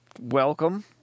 welcome